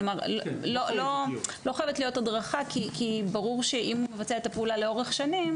כלומר לא חייבת להיות הדרכה כי ברור שאם הוא מבצע את הפעולה לאורך שנים